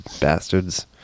Bastards